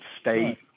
state